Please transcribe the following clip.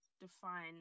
define